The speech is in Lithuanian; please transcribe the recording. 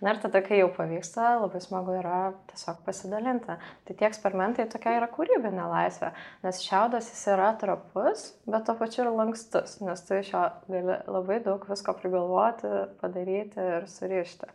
na ir tada kai jau pavyksta labai smagu yra tiesiog pasidalinti tai tie eksperimentai tokia yra kūrybinė laisvė nes šiaudas jis yra trapus bet tuo pačiu ir lankstus nes tu iš jo gali labai daug visko prigalvoti padaryti ir surišti